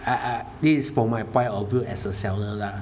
I I this is from my point of view as a seller lah